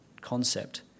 concept